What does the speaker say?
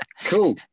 cool